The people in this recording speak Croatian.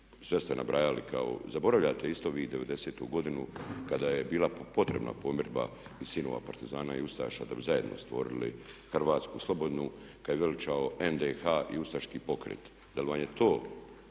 sve ste nabrajali, zaboravljate isto vi 90.-tu godinu kada je bila potrebna pomirba i sinova Partizana i Ustaša da bi zajedno stvorili Hrvatsku slobodnu, kad je veličao NDH i ustaški pokret,